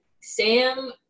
Sam